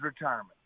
retirement